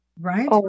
right